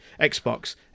Xbox